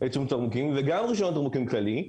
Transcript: לייצור תמרוקים וגם רישיון תמרוקים כללי.